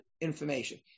information